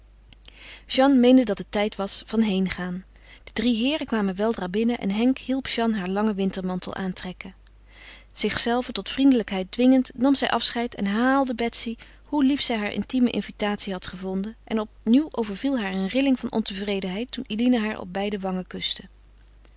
jeanne meende dat het tijd was van heengaan de drie heeren kwamen weldra binnen en henk hielp jeanne haar langen wintermantel aantrekken zichzelve tot vriendelijkheid dwingend nam zij afscheid en herhaalde betsy hoe lief zij haar intieme invitatie had gevonden en opnieuw overviel haar een rilling van ontevredenheid toen eline haar op beide wangen kuste